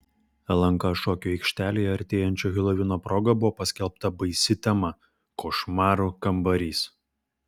lnk šokių aikštelėje artėjančio helovino proga buvo paskelbta baisi tema košmarų kambarys